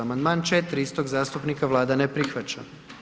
Amandman 4. istog zastupnika Vlada ne prihvaća.